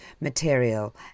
material